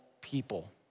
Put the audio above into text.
people